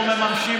אם החוק לא ממומש,